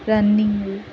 running